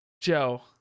Joe